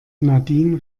nadine